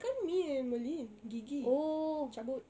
kan me and merlin gigi cabut